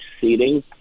seating